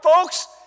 folks